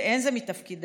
ואין זה מתפקידם,